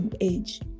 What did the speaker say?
age